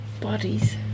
bodies